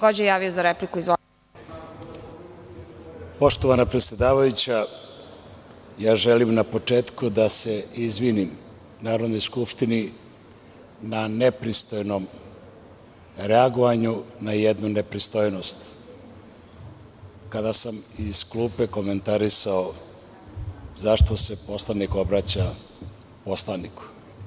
Poštovana predsedavajuća, želim da se izvinim Narodnoj skupštini na nepristojnom reagovanju na jednu nepristojnost, kada sam iz klupe komentarisao zašto se poslanik obraća poslaniku.